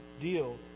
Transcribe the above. deal